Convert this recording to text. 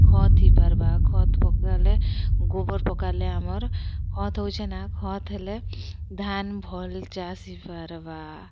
ଖତ୍ ହେଇ ପାରବା ଖତ୍ ପକାଲେ ଗୁବର୍ ପକାଲେ ଆମର୍ ଖତ୍ ହଉଛିନା ଖତ୍ ହେଲେ ଧାନ୍ ଭଲ୍ ଚାଷ ହେଇ ପାରବା